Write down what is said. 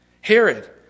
Herod